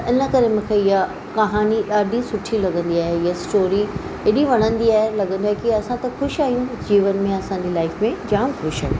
त हिन करे मूंखे इहा कहानी ॾाढी सुठी लॻंदी आहे इहा स्टोरी एॾी वणंदी आहे लॻंदो आहे की असां त ख़ुशि आहियूं जीवन में असांजे लाइफ में जाम ख़ुशि आहियूं